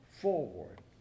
forward